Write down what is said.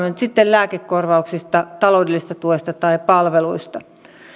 nyt sitten lääkekor vauksista taloudellisesta tuesta tai palveluista